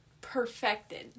perfected